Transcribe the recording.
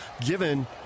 given